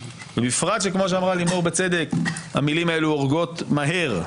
ובפרט כמו שאמרה לימור בצדק: המילים האלו הורגות מהר.